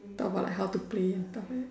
talk about how to play talking